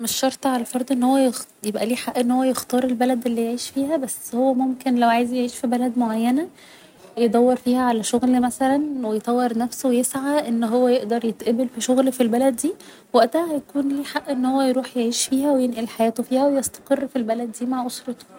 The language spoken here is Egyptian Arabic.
مش شرط على الفرد ان هو يخ يبقى ليه حق ان هو يختار البلد اللي يعيش فيها بس هو ممكن لو عايز يعيش في بلد معينة يدور فيها على شغل مثلا و يطور نفسه و يسعى ان هو يقدر يتقبل في شغل في البلد دي وقتها هيكون ليه حق ان هو يروح يعيش فيها و ينقل حياته فيها و يستقر في البلد دي مع أسرته